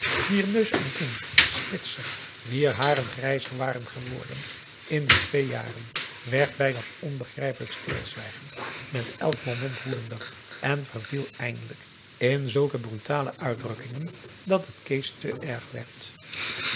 wier neus en kin spitser wier haren grijzer waren geworden in die twee jaren werd bij dat onbegrijpelijk stilzwijgen met elk moment woedender en verviel eindelijk in zulke brutale uitdrukkingen dat het kees te erg werd